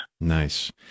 Nice